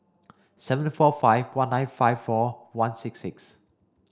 seven four five one nine five four one six six